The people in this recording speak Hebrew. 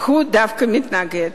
הוא דווקא מתנגד.